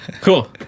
Cool